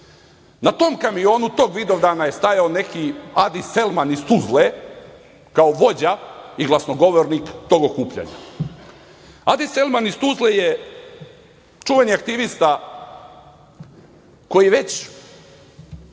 Na tom kamionu, tog Vidovdana, je stajao neki Adi Selman iz Tuzle, kao vođa i glasnogovornik tog okupljanja. Adi Selman iz Tuzle je čuveni aktivista koji već